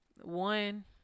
one